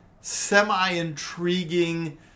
semi-intriguing